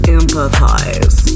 empathize